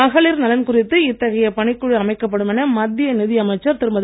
மகளிர் நலன் குறித்து இத்தகைய பணிக்குழு அமைக்கப்படும் என மத்திய நிதி அமைச்சர் திருமதி